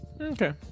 Okay